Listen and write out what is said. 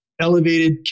elevated